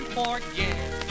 forget